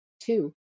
two